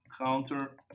Counter